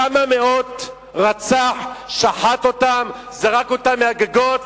כמה מאות רצח, שחט אותם, זרק אותם מהגגות?